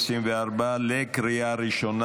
בקריאה ראשונה.